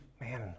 man